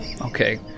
Okay